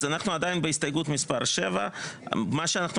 אז אנחנו עדיין בהסתייגות מספר 7. מה שאנחנו